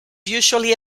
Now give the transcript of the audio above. usually